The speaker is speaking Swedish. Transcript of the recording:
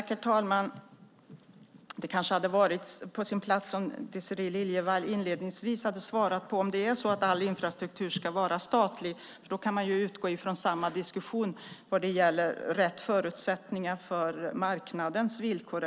Herr talman! Det kanske hade varit på sin plats om Désirée Liljevall inledningsvis hade svarat på om det är så att all infrastruktur ska vara statlig, för då kan man utgå från samma diskussion vad det gäller rätt förutsättningar för marknadens villkor.